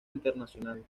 internacional